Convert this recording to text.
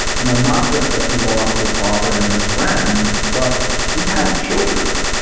you know, not just that he lost his father and his friend, but he has children.